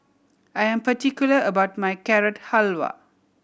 I am particular about my Carrot Halwa